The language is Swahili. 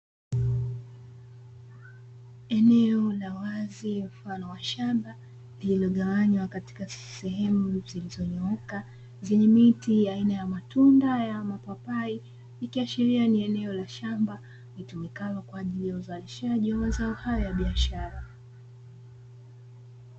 Eneo la wazi mfano wa shamba, lililogawanywa katika sehemu zilizonyooka, zenye miti aina ya matunda ya mapapai. Ikiashiria ni eneo la shamba litumikalo kwa ajili ya uzalishaji wa mazao haya ya biashara.